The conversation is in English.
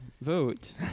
vote